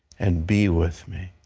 and be with me.